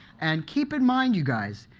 and keep in mind you guys,